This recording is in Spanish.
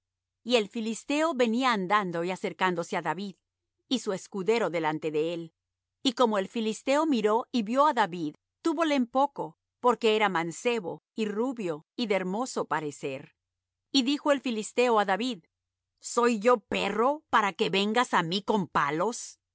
y el filisteo venía andando y acercándose á david y su escudero delante de él y como el filisteo miró y vió á david túvole en poco porque era mancebo y rubio y de hermoso parecer y dijo el filisteo á david soy yo perro para que vengas á mí con palos